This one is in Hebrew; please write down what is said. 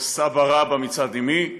או סבא רבא מצד אימי שתחיה.